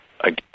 again